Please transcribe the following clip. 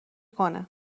کنه